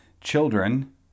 children